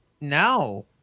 No